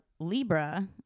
libra